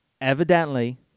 Evidently